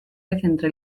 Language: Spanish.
entre